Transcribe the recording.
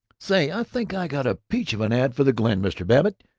say, i think i got a peach of an ad for the glen, mr. babbitt.